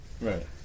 Right